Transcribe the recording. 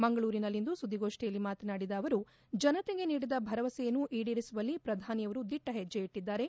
ಮಂಗಳೂರಿನಲ್ಲಿಂದು ಸುದ್ದಿಗೋಷ್ಠಿಯಲ್ಲಿ ಮಾತನಾಡಿದ ಅವರು ಜನತೆಗೆ ನೀಡಿದ ಭರವಸೆಯನ್ನು ಈಡೇರಿಸುವಲ್ಲಿ ಪ್ರಧಾನಿಯವರು ದಿಟ್ಟ ಹೆಣ್ಣ ಇಟ್ಲಿದ್ದಾರೆ